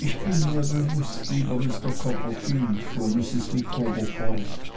ich bin mir bewußt mein lieber mr copperfield fuhr mrs micawber fort